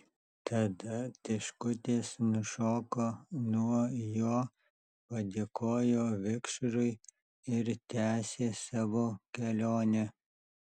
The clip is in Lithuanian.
tada tiškutės nušoko nuo jo padėkojo vikšrui ir tęsė savo kelionę